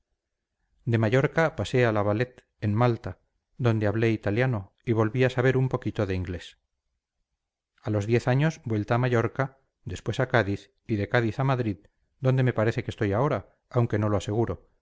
de mallorca pasé a la valette en malta donde hablé italiano y volví a saber un poquito de inglés a los diez años vuelta a mallorca después a cádiz y de cádiz a madrid donde me parece que estoy ahora aunque no lo aseguro